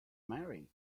marry